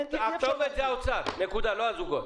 זה האוצר, זה לא הזוגות.